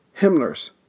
Himmler's